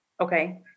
Okay